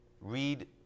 Read